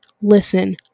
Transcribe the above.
Listen